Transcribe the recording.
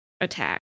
attack